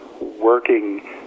working